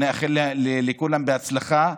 ונאחל לכולם הצלחה,